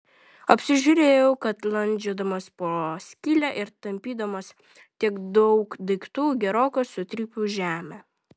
apsižiūrėjau kad landžiodamas pro skylę ir tampydamas tiek daug daiktų gerokai sutrypiau žemę